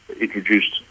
introduced